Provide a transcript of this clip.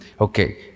Okay